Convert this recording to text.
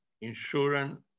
insurance